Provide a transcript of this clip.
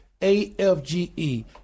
AFGE